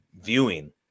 viewing